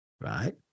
right